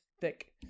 Thick